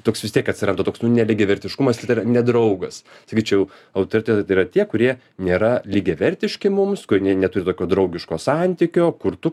toks vis tiek atsiranda toks nu nelygiavertiškumas tai yra ne draugas sakyčiau autoritetai tai yra tie kurie nėra lygiavertiški mums kurie neturi tokio draugiško santykio kur tu